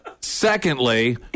Secondly